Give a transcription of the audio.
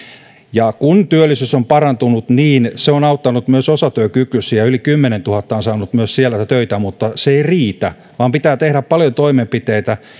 ja kun työllisyys on parantunut niin se on auttanut myös osatyökykyisiä yli kymmenentuhatta heistä on myös saanut töitä mutta se ei riitä vaan pitää tehdä paljon toimenpiteitä